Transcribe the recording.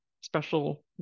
special